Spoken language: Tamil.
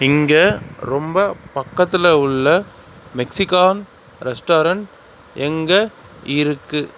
இங்கே ரொம்ப பக்கத்தில் உள்ள மெக்ஸிகான் ரெஸ்டாரண்ட் எங்கே இருக்குது